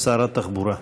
שר התחבורה.